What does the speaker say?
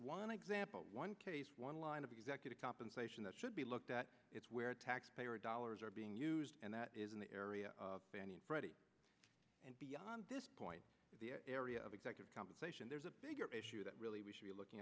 one example one case one line of executive compensation that should be looked at is where taxpayer dollars are being used and that is in the area of fannie and freddie and beyond this point area of executive compensation there's a bigger issue that really we should be looking